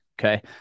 Okay